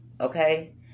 okay